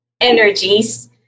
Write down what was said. energies